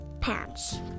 pants